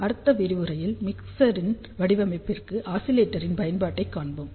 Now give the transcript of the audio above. அடுத்து விரிவுரையில் மிக்சரின் வடிவமைப்பிற்கு ஆஸிலேட்டரின் பயன்பாட்டைக் காண்போம்